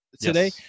today